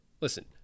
listen